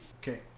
Okay